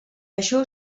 això